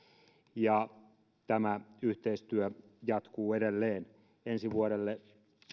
ja tämä yhteistyö jatkuu edelleen ensi vuodelle